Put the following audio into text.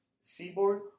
seaboard